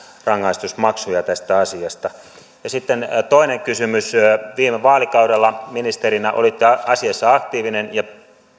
rangaistusmaksuja tästä asiasta ja sitten toinen kysymys viime vaalikaudella ministerinä olitte asiassa aktiivinen ja